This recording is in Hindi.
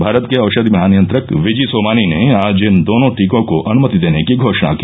भारत के औषधि महानियंत्रक वी जी सोमानी ने आज इन दोनों टीकों को अनुमति देने की घोषणा की